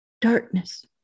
darkness